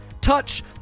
touch